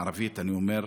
בערבית אני אומר: